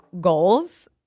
goals